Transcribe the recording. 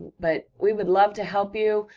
but, we would love to help you,